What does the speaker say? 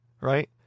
Right